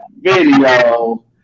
video